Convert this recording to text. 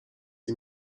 این